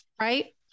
right